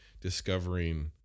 discovering